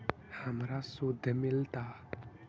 हमरा शुद्ध मिलता?